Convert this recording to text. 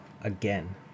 again